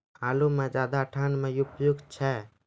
आलू म ज्यादा ठंड म उपयुक्त छै?